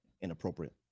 inappropriate